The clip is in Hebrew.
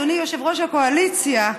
אדוני יושב-ראש הקואליציה,